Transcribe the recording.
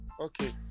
Okay